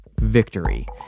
victory